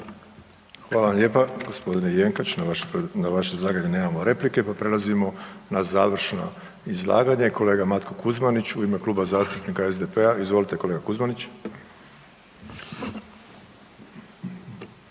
Hvala vam lijepa, g. Jenkač. Na vaše izlaganje nemamo replike pa prelazimo na završno izlaganje, kolega Matko Kuzmanić u ime Kluba zastupnika SDP-a. Izvolite kolega Kuzmanić.